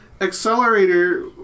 Accelerator